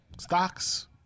stocks